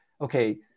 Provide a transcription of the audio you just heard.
okay